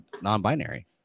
non-binary